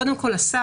קודם כל השר